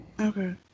Okay